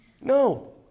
No